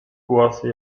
głosy